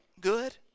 good